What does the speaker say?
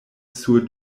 sur